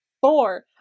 Four